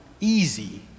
easy